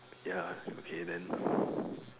ya okay then